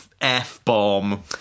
F-bomb